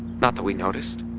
not that we noticed,